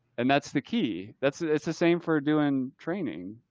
and that's the key. that's that's the same for doing training.